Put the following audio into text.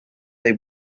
they